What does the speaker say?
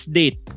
date